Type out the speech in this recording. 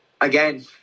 again